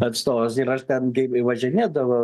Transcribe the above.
atstovas ir aš ten gi važinėdavau